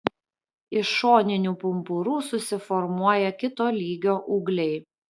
iš šoninių pumpurų susiformuoja kito lygio ūgliai